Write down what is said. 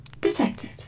detected